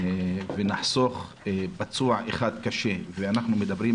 ונחסוך פצוע אחד קשה ואנחנו מדברים,